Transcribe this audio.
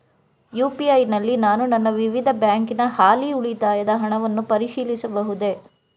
UPI ನಲ್ಲಿ ನಾನು ನನ್ನ ವಿವಿಧ ಬ್ಯಾಂಕಿನ ಹಾಲಿ ಉಳಿತಾಯದ ಹಣವನ್ನು ಪರಿಶೀಲಿಸಬಹುದೇ?